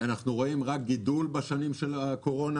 אנחנו רואים רק גידול בשנים של הקורונה,